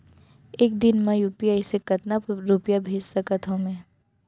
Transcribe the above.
एक दिन म यू.पी.आई से कतना रुपिया भेज सकत हो मैं?